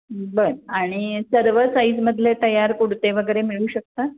बरं आणि सर्व साईजमधले तयार कुडते वगैरे मिळू शकतात